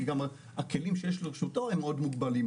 כי הכלים שיש לרשותו מאוד מוגבלים,